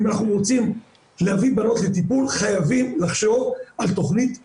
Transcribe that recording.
אם אנחנו רוצים להביא בנות לטיפול חייבים לחשוב על תכנית יישוג.